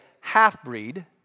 half-breed